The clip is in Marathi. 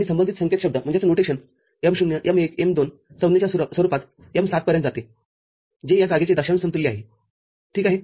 आणि संबंधित संकेतशब्द m0 m१ m२ संज्ञेच्या स्वरूपात m७ पर्यंत जाते जे या जागेचे दशांश समतुल्य आहे ठीक आहे